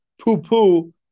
poo-poo